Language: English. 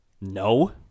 No